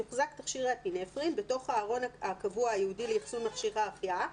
יוחזק תכשיר האפינפרין בתוך הארון הקבוע הייעודי לאחסון מכשיר ההחייאה,